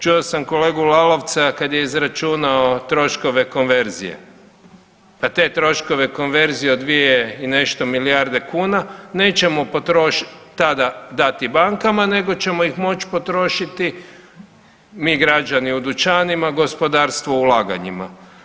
Čuo sam kolegu Lalovca kada je izračunao troškove konverzije, pa te troškove konverzije od dvije i nešto milijarde kuna nećemo potrošiti, tada dati bankama, nego ćemo ih moći potrošiti mi građani u dućanima, gospodarstvo ulaganjima.